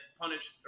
punished